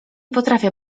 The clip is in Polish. potrafię